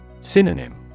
Synonym